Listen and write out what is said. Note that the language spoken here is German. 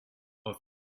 auf